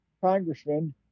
congressman